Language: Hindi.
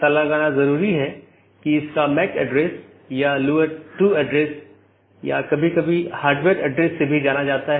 एक पारगमन AS में मल्टी होम AS के समान 2 या अधिक ऑटॉनमस सिस्टम का कनेक्शन होता है लेकिन यह स्थानीय और पारगमन ट्रैफिक दोनों को वहन करता है